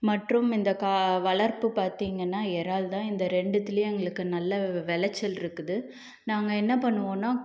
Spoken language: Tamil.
மற்றும் இந்த கா வளர்ப்பு பார்த்தீங்கன்னா இறால் தான் இந்த ரெண்டுத்துலையும் எங்களுக்கு நல்ல விளைச்சல் இருக்குது நாங்கள் என்ன பண்ணுவோம்னா